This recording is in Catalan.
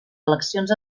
eleccions